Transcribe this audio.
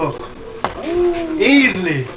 easily